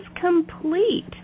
complete